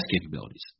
capabilities